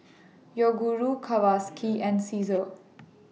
Yoguru Kawasaki and Cesar